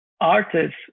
Artists